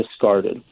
discarded